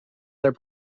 their